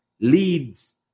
leads